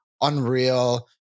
Unreal